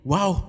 Wow